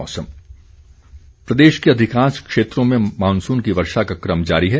मौसम प्रदेश के अधिकांश क्षेत्रों में मॉनसून की वर्षा का क्रम जारी है